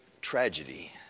tragedy